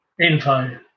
info